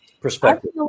perspective